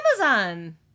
Amazon